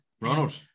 Ronald